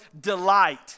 delight